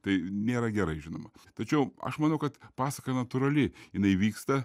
tai nėra gerai žinoma tačiau aš manau kad pasaka natūrali jinai vyksta